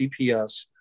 CPS